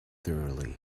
thoroughly